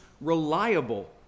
reliable